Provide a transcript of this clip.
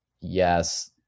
yes